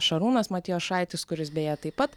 šarūnas matijošaitis kuris beje taip pat